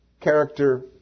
character